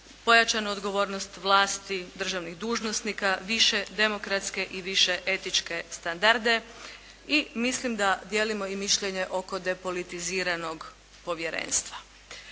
pojačanu odgovornost vlasti, državnih dužnosnika, više demokratske i više etičke standarde i mislim da dijelimo i mišljenje oko depolitiziranog povjerenstva.